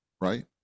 right